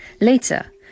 Later